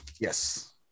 Yes